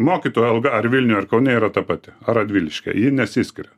mokytojo alga ar vilniuj ar kaune yra ta pati ar radvilišky ji nesiskiria